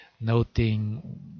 noting